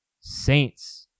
Saints